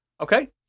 Okay